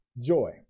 Joy